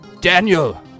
Daniel